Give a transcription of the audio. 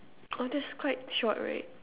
oh that's quite short right